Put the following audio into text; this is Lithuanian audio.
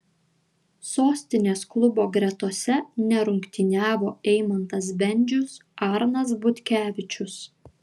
sostinės klubo gretose nerungtyniavo eimantas bendžius arnas butkevičius